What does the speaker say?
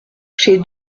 chez